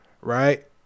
Right